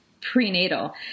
prenatal